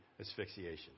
asphyxiation